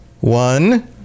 one